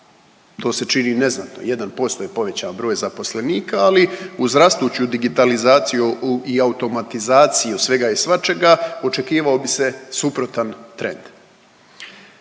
to se čini neznatno 1% je povećan broj zaposlenika, ali uz rastuću digitalizaciju i automatizaciju svega i svačega očekivao bi se suprotan trend.